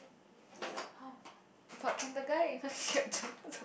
but can the guy even